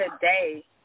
today